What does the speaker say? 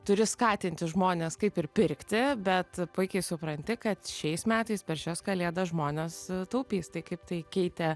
turi skatinti žmones kaip ir pirkti bet puikiai supranti kad šiais metais per šias kalėdas žmonės taupys tai kaip tai keitė